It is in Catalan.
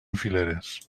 fileres